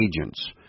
agents